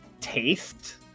taste